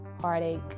heartache